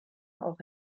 auch